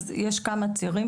אז יש כמה צירים,